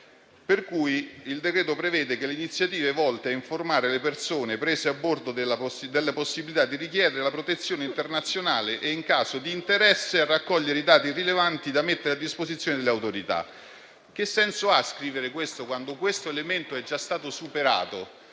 per cui il decreto-legge prevede le «iniziative volte a informare le persone prese a bordo della possibilità di richiedere la protezione internazionale e, in caso di interesse, a raccogliere i dati rilevanti da mettere a disposizione delle autorità». Che senso ha scrivere questo quando un simile elemento è già stato superato?